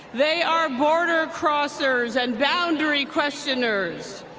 they are border-crossers and boundary-questioners.